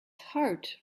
heart